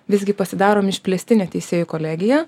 visgi pasidarom išplėstinę teisėjų kolegiją